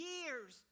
Years